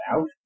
out